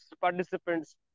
participants